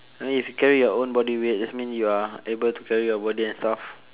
I mean if you carry your own body weight that mean you are able to carry your body and stuff